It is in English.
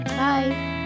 Bye